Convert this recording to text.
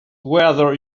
whether